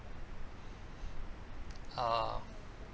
ah